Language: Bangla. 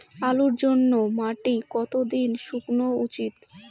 আলুর জন্যে মাটি কতো দিন শুকনো উচিৎ?